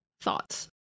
thoughts